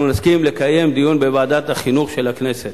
נסכים לקיים דיון בוועדת החינוך של הכנסת.